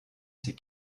ces